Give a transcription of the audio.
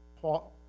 Paul